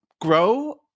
grow